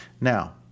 Now